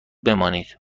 بمانید